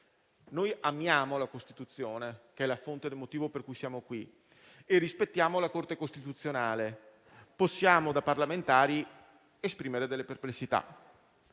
Noi amiamo la Costituzione, che è la fonte e il motivo per cui siamo qui, e rispettiamo la Corte costituzionale. Possiamo, da parlamentari, esprimere delle perplessità.